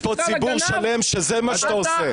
יש פה ציבור שלם שזה מה שאתה עושה.